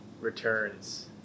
returns